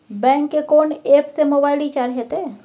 Bank के कोन app से मोबाइल रिचार्ज हेते?